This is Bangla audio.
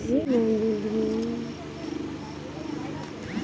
সরকার নু এম এস পি তে করে খাবারের দাম ঠিক করতিছে